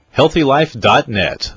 healthylife.net